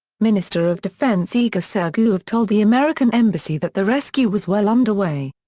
minister of defence igor sergeyev told the american embassy that the rescue was well underway.